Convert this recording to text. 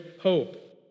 hope